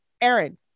Aaron